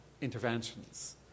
interventions